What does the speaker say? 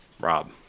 Rob